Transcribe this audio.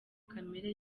kamere